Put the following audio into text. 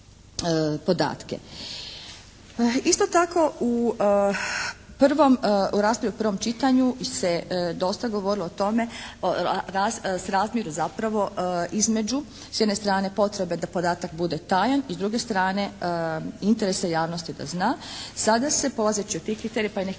prvom, u raspravi o prvom čitanju se dosta govorilo o tome, o srazmjeru zapravo između s jedne strane potrebe da podatak bude tajan i s druge strane interese javnosti da zna sada se polazeći od tih kriterija pa i nekih